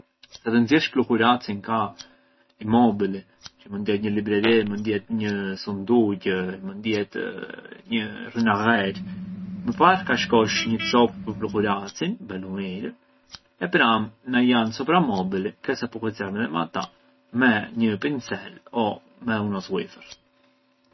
Sa të nxiersh pluhuracin ka i mobili, mënd jetë një libreri, nje sunduqë, mënd jetë një rrinagherë më para ka shkosh një copë pë pluhuracin belu mirë e pranë na janë soprammobili ke sa pullicjar edhe ata me një pincel o me uno swiffer.